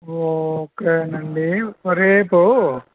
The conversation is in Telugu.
ఓకేనండి రేపు